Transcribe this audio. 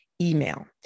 email